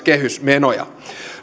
kehysmenoja